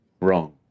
wrong